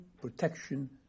protection